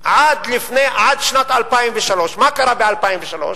עד שנת 2003. מה קרה ב-2003?